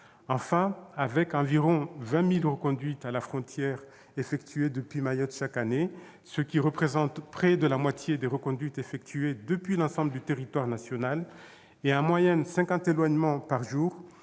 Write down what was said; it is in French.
Enfin, avec environ 20 000 reconduites à la frontière effectuées depuis Mayotte chaque année, ce qui représente près de la moitié des reconduites effectuées depuis l'ensemble du territoire national, et, en moyenne, 50 éloignements par jour,